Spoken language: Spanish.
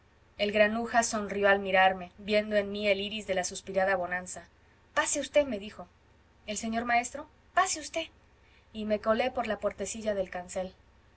el granuja sonrió al mirarme viendo en mí el iris de la suspirada bonanza pase usté me dijo el señor maestro pase usté y me colé por la puertecilla del cancel